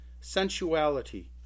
sensuality